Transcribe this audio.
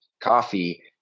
coffee